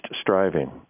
striving